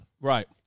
Right